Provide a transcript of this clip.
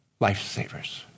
lifesavers